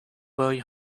boy